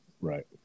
right